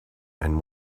and